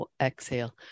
Exhale